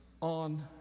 on